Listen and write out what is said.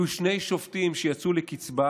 יהיו שני שופטים שיצאו לקצבה